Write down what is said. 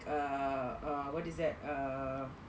err err what is that err